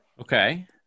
Okay